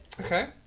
Okay